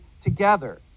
together